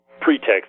pretext